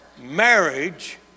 Marriage